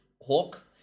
Hawk